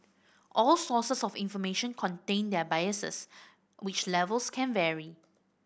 all sources of information contain their biases which levels can vary